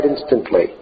instantly